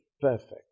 perfect